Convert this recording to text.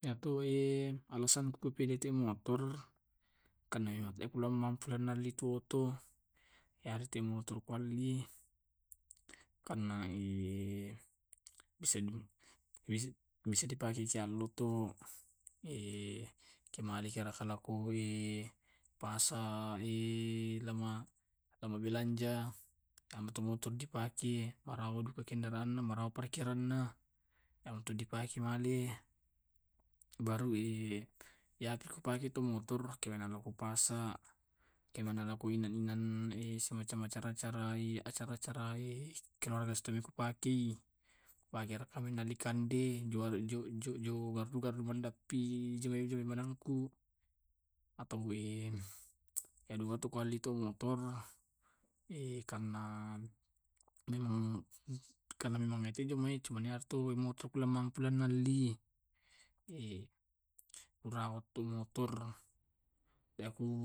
Iyake disuana pilih motor atau oto, jawabanku to yakke motor to. Alasangku pilih motor supaya bisaki malumi ke umbala di olai bisaki malumi tena kenaiki macet. menunjang juga aktivitas-aktivitasku karena ko eloka ke kampus lebih madommi daripada mangotok. l lebih efektif juga iyato kupake tu motor lalaku lau tu kampus atau lasunnaka ero alli kande. caraku rawatki itu motor sesuki ganti oli, bissai tu motor, sellei ban, silang ku bissai duka supaya meloka tu ditiro. Iyatu enangku tu